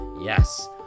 Yes